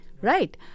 right